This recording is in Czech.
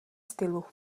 stylu